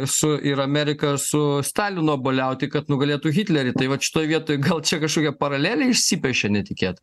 su ir amerika su stalinu obuoliauti kad nugalėtų hitlerį tai vat šitoj vietoj gal čia kažkokia paralelė išsipiešia netikėta